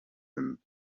him